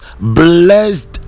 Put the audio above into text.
blessed